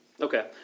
Okay